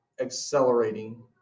accelerating